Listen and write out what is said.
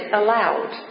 allowed